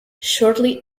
shortly